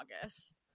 august